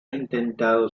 intentando